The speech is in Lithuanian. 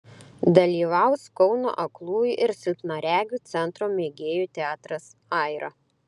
dalyvaus kauno aklųjų ir silpnaregių centro mėgėjų teatras aira